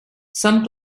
some